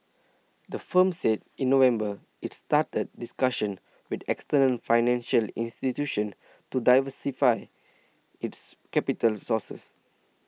the firm said in November it's started discussions with external financial institutions to diversify its capital sources